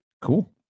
cool